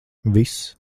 viss